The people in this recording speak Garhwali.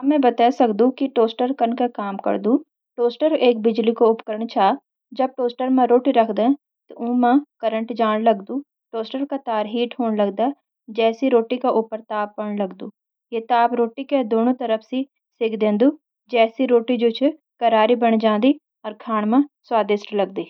हां मैं बताई सकदू कि टोस्टर कन के काम करदू! टोस्टर एक बिजली का उपकरण छ। जब टोस्टर मा रोटी राखदिं, त उकनी मा करंट जाण लग्दो। टोस्टर का तार हीट होण लग्दीं, जैतकि रोटी के ऊपर ताप पड़ण लग्दो। ये ताप रोटी का दोनों तरफ सेंक दिंदी, जिसति रोटी करारी (टोस्ट) बण जांदी और खान म स्वादिष्ट लगदी।